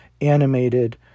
animated